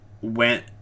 went